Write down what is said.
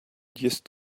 just